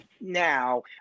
now